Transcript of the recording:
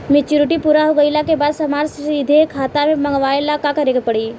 Maturity पूरा हो गइला के बाद पईसा सीधे खाता में मँगवाए ला का करे के पड़ी?